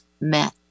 met